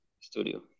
studio